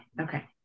Okay